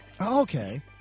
Okay